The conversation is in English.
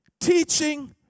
teaching